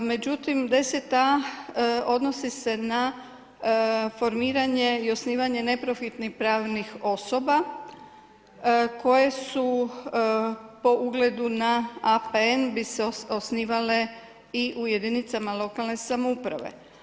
Međutim, 10a. odnosi se na formiranje i osnivanje neprofitnih pravnih osoba koje su po ugledu na APN bi se osnivale i u jedinicama lokalne samouprave.